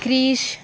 त्रीश